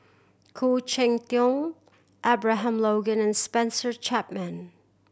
Khoo Cheng Tiong Abraham Logan and Spencer Chapman